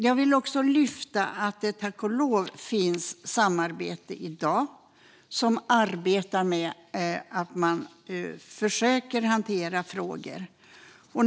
Jag vill lyfta fram att det tack och lov finns samarbete i dag där man försöker hantera frågor.